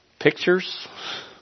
pictures